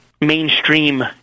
mainstream